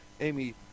Amy